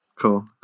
Cool